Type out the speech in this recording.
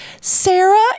Sarah